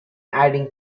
adding